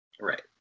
Right